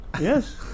Yes